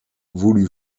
voulut